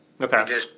Okay